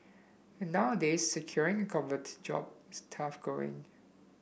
and nowadays securing a coveted job is tough going